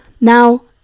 now